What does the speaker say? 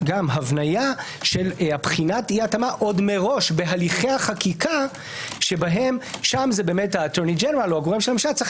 הבניה של בחינת אי התאמה עוד מראש בהליכי החקיקה שבהם הגורם צריך